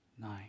nine